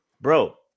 bro